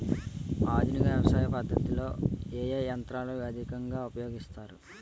ఆధునిక వ్యవసయ పద్ధతిలో ఏ ఏ యంత్రాలు అధికంగా ఉపయోగిస్తారు?